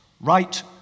right